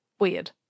Weird